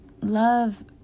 love